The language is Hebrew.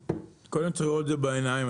קודם צריך לראות את זה בעיניים.